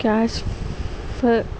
cash for